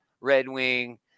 Redwing